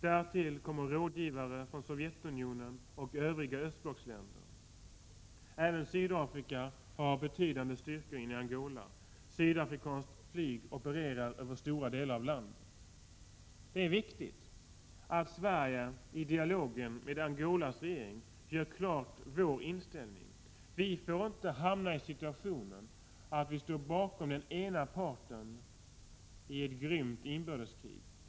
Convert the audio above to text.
Därtill kommer rådgivare från Sovjetunionen och övriga östblocksländer. Även Sydafrika har betydande styrkor inne i Angola. Sydafrikanskt flyg opererar över stora delar av landet. Det är viktigt att Sverige i dialogen med Angolas regering gör vår inställning klar. Vi får inte hamna i den situationen att vi står bakom ena parten i ett grymt inbördeskrig.